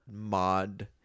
mod